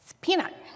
Peanut